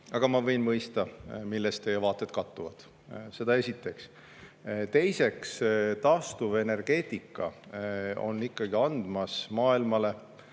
Aga ma mõistan, milles teie vaated kattuvad. Seda esiteks. Teiseks, taastuvenergeetika ikkagi annab maailmale